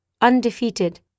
undefeated